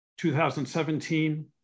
2017